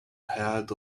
herald